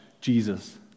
Jesus